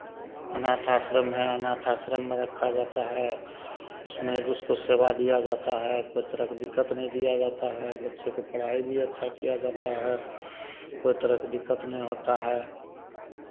अनाथ आश्रम है अनाथ आश्रम में रखा जाता है उसमें उसको सेवा दिया जाता है कोई तरह के दिक्कत नहीं दिया जाता है बच्चे को पढ़ाई भी अच्छा किया जाता है कोई तरह के दिक्कत नहीं होता है